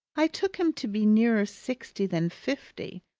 i took him to be nearer sixty than fifty,